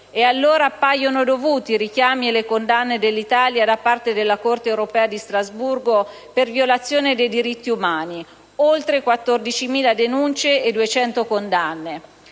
Allora, appaiono dovuti i richiami e le condanne dell'Italia da parte della Corte europea di Strasburgo per violazione dei diritti umani: oltre 14.000 denunce e 200 condanne.